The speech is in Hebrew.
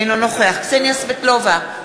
אינו נוכח קסניה סבטלובה,